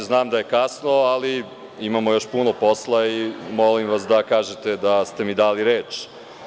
Znam da je kasno, ali imamo još puno posla i molim vas da kažete da ste mi dali reč.